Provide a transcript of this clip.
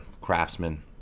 craftsman